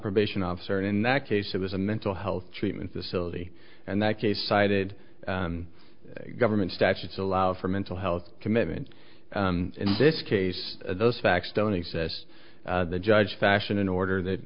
probation officer in that case it was a mental health treatment facility and that case cited government statutes allow for mental health commitment in this case those facts don't exist the judge fashion an order that